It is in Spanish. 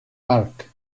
park